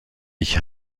ich